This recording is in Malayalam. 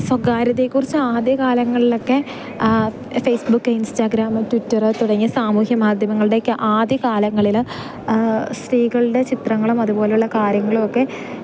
സ്വകാര്യതയെക്കുറിച്ച് ആദ്യ കാലങ്ങളിലൊക്കെ ഫേസ്ബുക്ക് ഇൻസ്റ്റാഗ്രാമ് ട്വിറ്ററ് തുടങ്ങിയ സാമൂഹ്യ മാധ്യമങ്ങളുടെയൊക്കെ ആദ്യ കാലങ്ങളിൽ സ്ത്രീകളുടെ ചിത്രങ്ങളും അതുപോലുള്ള കാര്യങ്ങളും ഒക്കെ